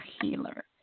healer